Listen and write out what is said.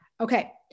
Okay